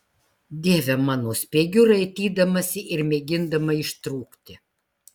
dieve mano spiegiu raitydamasi ir mėgindama ištrūkti